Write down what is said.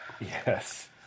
Yes